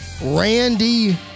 Randy